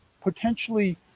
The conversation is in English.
potentially